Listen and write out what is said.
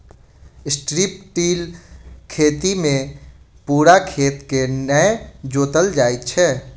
strip till खेती मे पूरा खेत के नै जोतल जाइत छै